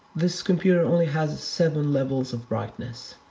this computer only has seven levels of brightness.